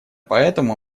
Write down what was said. поэтому